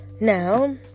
Now